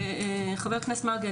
חבר הכנסת מרגי,